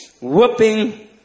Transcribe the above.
whooping